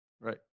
Right